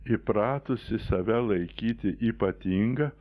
įpratusi save laikyti ypatinga